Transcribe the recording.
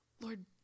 Lord